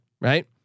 right